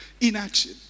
Inaction